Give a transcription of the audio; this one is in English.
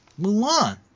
Mulan